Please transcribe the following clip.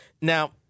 Now